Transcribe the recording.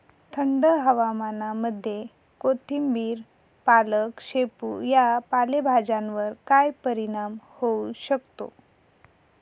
थंड हवामानामध्ये कोथिंबिर, पालक, शेपू या पालेभाज्यांवर काय परिणाम होऊ शकतो?